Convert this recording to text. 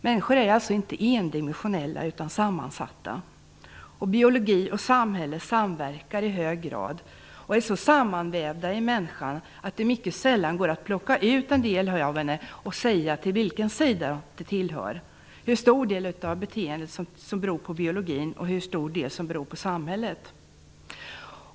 Människor är alltså inte endimensionella utan sammansatta. Biologi och samhälle samverkar i hög grad och är så sammanvävda i människan att det mycket sällan går att plocka ut en del av henne och säga vilken sida det tillhör, hur stor del av beteendet som beror på biologin och hur stor del som beror på samhället.